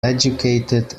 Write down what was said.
educated